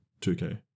2K